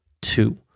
two